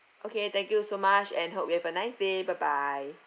okay thank you so much and hope you have a nice day bye bye